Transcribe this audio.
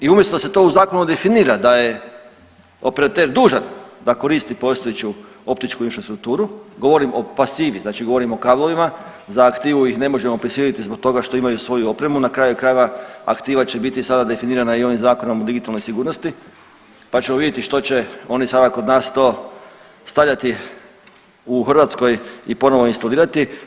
I umjesto da se to u zakonu definira da je operater dužan da koristi postojeću optičku infrastrukturu, govorim o pasivi, znači govorim o kablovima, za aktivu ih ne možemo prisiliti zbog toga što imaju svoju opremu, na kraju krajeva aktiva će biti sada definirana i ovim Zakonom o digitalnoj sigurnosti pa ćemo vidjeti što će oni sada kod nas to stavljati u Hrvatskoj i ponovo instalirati.